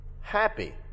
happy